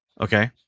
Okay